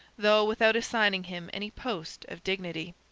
though without assigning him any post of dignity.